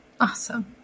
Awesome